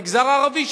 המגזר הערבי,